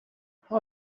how